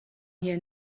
here